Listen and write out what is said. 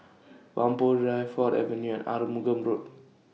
Whampoa Drive Ford Avenue Arumugam Road